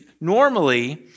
normally